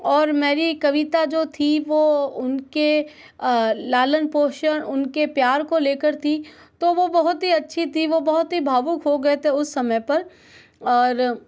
और मेरी कविता जो थी वो उनके लालन पोषण उनके प्यार को ले कर थी तो वो बहुत ही अच्छी थी वो बहुत ही भावुक हो गए थे उसे समय पर और